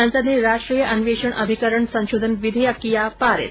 संसद ने राष्ट्रीय अन्वेषण अभिकरण संशोधन विधेयक किया पारित